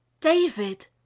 David